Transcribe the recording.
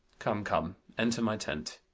come, come, enter my tent.